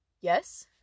Yes